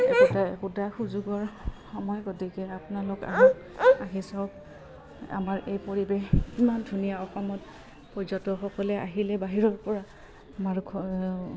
একোটা একোটা সুযোগৰ সময় গতিকে আপোনালোক আহ আহি চাওক আমাৰ এই পৰিৱেশ ইমান ধুনীয়া অসমত পৰ্যটকসকলে আহিলে বাহিৰৰ পৰা আমাৰ ঘ